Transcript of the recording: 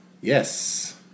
Yes